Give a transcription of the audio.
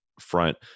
front